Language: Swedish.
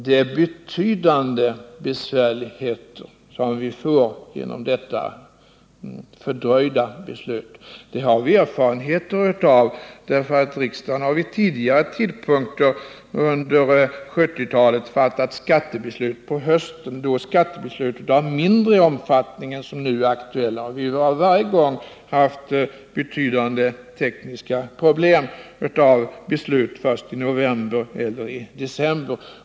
Det är betydande besvärligheter som detta fördröjda beslut medför. Det har vi erfarenheter av. Riksdagen har vid tidigare tidpunkter under 1970-talet fattat skattebeslut på hösten — skattebeslut av mindre omfattning än de nu aktuella. Vi har då varje gång haft betydande tekniska problem med beslut först i november eller december.